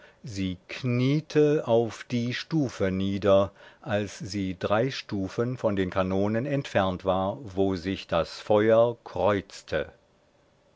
sie kniete auf die stufe nieder als sie drei stufen von den kanonen entfernt war wo sich das feuer kreuzte